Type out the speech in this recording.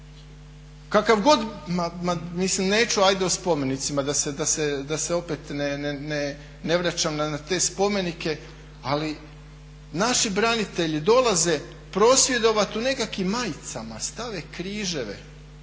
ma mislim neću ajde o spomenicima, da se opet ne vraćam na te spomenike, ali naši branitelji dolaze prosvjedovat u nekakvim majicama, stave križeve.